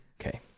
okay